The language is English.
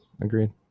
Agreed